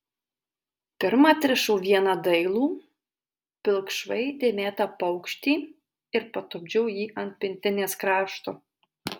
pirma atrišau vieną dailų pilkšvai dėmėtą paukštį ir patupdžiau jį ant pintinės krašto